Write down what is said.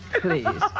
Please